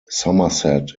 somerset